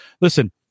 Listen